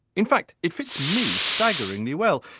in fact it fits me staggeringly well,